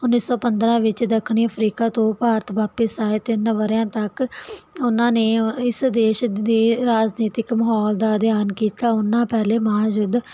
ਉਨੀ ਸੋ ਪੰਦਰਾ ਵਿੱਚ ਦੱਖਣੀ ਅਫਰੀਕਾ ਤੋਂ ਭਾਰਤ ਵਾਪਿਸ ਆਏ ਤਿੰਨ ਵਰਿਆਂ ਤੱਕ ਉਹਨਾਂ ਨੇ ਇਸ ਦੇਸ਼ ਦੇ ਰਾਜਨੀਤਿਕ ਮਾਹੌਲ ਦਾ ਅਧਿਐਨ ਕੀਤਾ ਉਹਨਾਂ ਪਹਿਲੇ ਮਹਾ ਯੁੱਧ